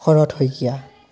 Sarat Saikia